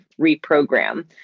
reprogram